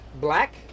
black